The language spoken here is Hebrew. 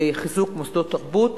לחיזוק מוסדות תרבות,